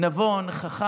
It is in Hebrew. אני בן אדם נבון, חכם,